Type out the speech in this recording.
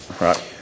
right